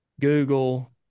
Google